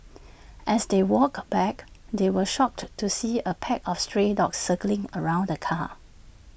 as they walked back they were shocked to see A pack of stray dogs circling around the car